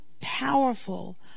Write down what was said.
Powerful